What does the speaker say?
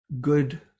good